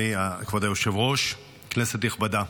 כבוד היושב-ראש, כנסת נכבדה,